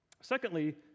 Secondly